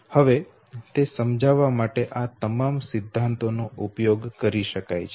હવે તે સમજાવવા માટે આ તમામ સિદ્ધાંતો નો ઉપયોગ કરી શકાય છે